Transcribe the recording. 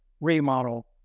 remodel